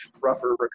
rougher